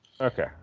Okay